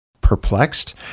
perplexed